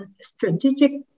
strategic